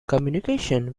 communication